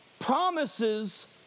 Promises